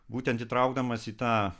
būtent įtraukdamas į tą